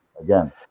again